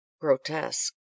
grotesque